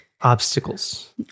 obstacles